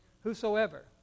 Whosoever